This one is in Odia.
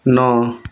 ନଅ